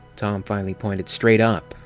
tom finally pointed straight up,